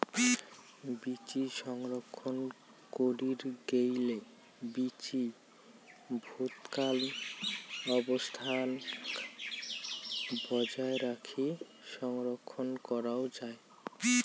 বীচি সংরক্ষণ করির গেইলে বীচি ভুতকান অবস্থাক বজায় রাখি সংরক্ষণ করাং যাই